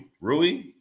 Rui